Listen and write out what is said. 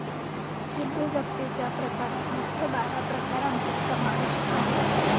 उद्योजकतेच्या प्रकारात मुख्य बारा प्रकारांचा समावेश आहे